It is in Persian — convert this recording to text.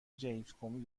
جیمزکومی